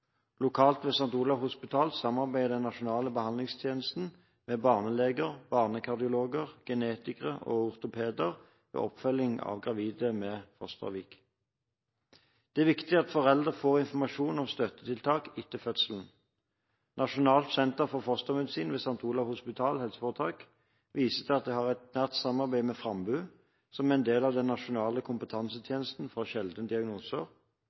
Lokalt ved St. Olavs hospital samarbeider den nasjonale behandlingstjenesten med barneleger, barnekardiologer, genetikere og ortopeder ved oppfølging av gravide med fosteravvik. Det er viktig at foreldre får informasjon om støttetiltak etter fødselen. Nasjonalt senter for fostermedisin ved St. Olavs hospital helseforetak viste at de har et nært samarbeid med Frambu som en del av den nasjonale kompetansetjenesten for sjeldne diagnoser.